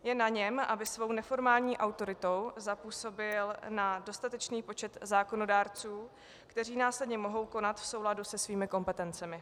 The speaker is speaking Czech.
Je na něm, aby svou neformální autoritou zapůsobil na dostatečný počet zákonodárců, kteří následně mohou konat v souladu se svými kompetencemi.